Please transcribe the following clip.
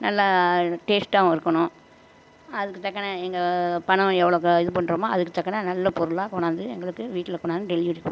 நல்லா இது டேஸ்ட்டாகவும் இருக்குணும் அதுக்கு தக்கன எங்கள் பணம் எவ்வளோக்கு இது பண்ணுறமோ அதுக்கு தகுந்த நல்ல பொருளாக கொண்டாந்து எங்களுக்கு வீட்டில கொண்டாந்து டெலிவரி கொடுத்துடுங்க